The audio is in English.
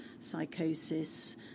psychosis